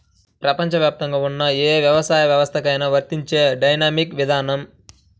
ప్రపంచవ్యాప్తంగా ఉన్న ఏ వ్యవసాయ వ్యవస్థకైనా వర్తించే డైనమిక్ విధానం